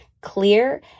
clear